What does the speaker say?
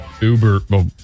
Uber